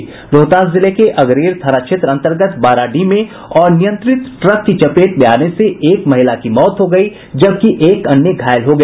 रोहतास जिले के अगरेर थाना क्षेत्र अंतर्गत बाराडीह में अनियंत्रित ट्रक की चपेट में आने से एक महिला की मौत हो गयी जबकि एक अन्य घायल हो गया